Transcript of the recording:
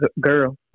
Girl